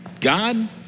God